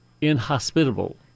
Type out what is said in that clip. inhospitable